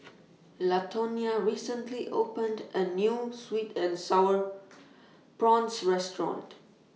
Latonya recently opened A New Sweet and Sour Prawns Restaurant